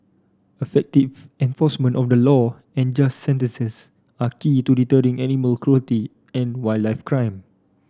affective enforcement of the law and just sentences are key to deterring animal cruelty and wildlife crime